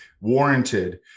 warranted